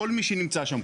כל מי שנמצא שם,